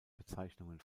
bezeichnungen